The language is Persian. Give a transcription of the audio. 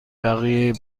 بقیه